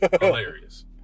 Hilarious